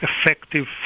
effective